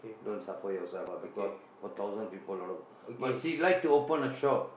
don't suffer yourself ah because for thousand people alot of but she like to open a shop